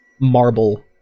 marble